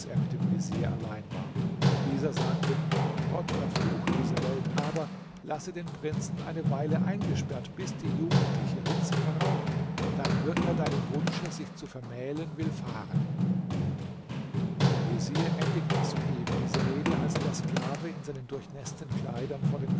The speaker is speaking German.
mit dem vezier allein war dieser sagte gott verfluche diese welt aber lasse den prinzen eine weile eingesperrt bis die jugendliche hitze verraucht dann wird er deinem wunsche sich zu vermählen willfahren der vezier endigte soeben diese rede als der sklave in seinen durchnäßten kleidern vor den